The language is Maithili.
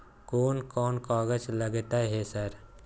कोन कौन कागज लगतै है सर?